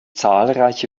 zahlreiche